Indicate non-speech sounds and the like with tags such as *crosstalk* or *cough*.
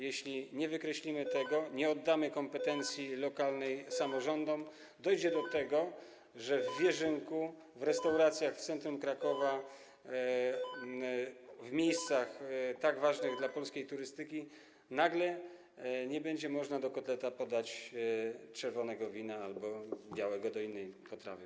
Jeśli tego nie wykreślimy, *noise* nie oddamy kompetencji lokalnym samorządom, dojdzie do tego, że w Wierzynku, w restauracjach w centrum Krakowa, w miejscach tak ważnych dla polskiej turystyki, nagle nie będzie można podać czerwonego wina do kotleta albo białego do innej potrawy.